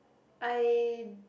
I